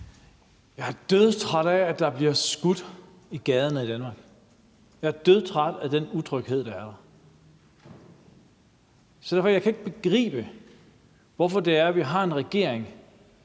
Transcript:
Jeg er dødtræt af, at der bliver skudt i gaderne i Danmark. Jeg er dødtræt af den utryghed, der er. Så jeg kan ikke begribe, hvorfor vi har en regering,